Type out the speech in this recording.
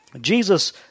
Jesus